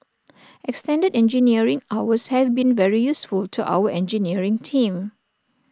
extended engineering hours have been very useful to our engineering team